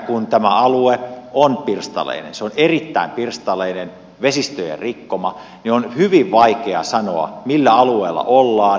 kun tämä alue on pirstaleinen se on erittäin pirstaleinen vesistöjen rikkoma niin on hyvin vaikea sanoa millä alueella ollaan